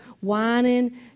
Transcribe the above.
whining